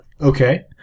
Okay